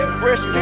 fresh